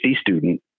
student